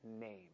name